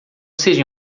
seja